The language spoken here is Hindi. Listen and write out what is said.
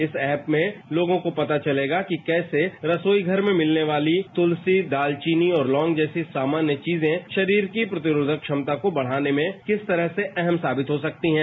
इस ऐप में लोगों को पता चलेगा कि कैसे रसोई घर में मिलने वाली तुलसी दालचीनी और लौंग जैसी अन्य चीजें शरीर की प्रतिरोधक क्षमता को बढ़ाने में किस तरह से अहम साबित हो सकती हैं